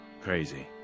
crazy